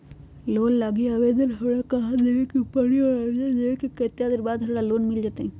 Loan लागी आवेदन हमरा कहां देवे के पड़ी और आवेदन देवे के केतना दिन बाद हमरा लोन मिल जतई?